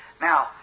Now